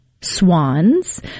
swans